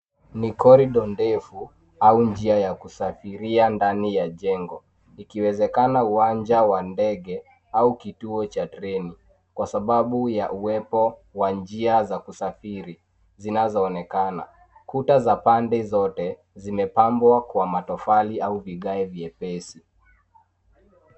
Ni corridor ndefu au njia ya kusafiria ndani ya jengo, ikiwezekana uwanja wa ndege au kituo cha treni kwa sababu ya uwepo wa njia za kusafiri zinazoonekana. Kuta za pande zote, zimepambwa kwa matofali au vigae vyepesi.